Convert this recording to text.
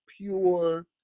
pure